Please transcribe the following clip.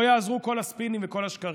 לא יעזרו כל הספינים וכל השקרים.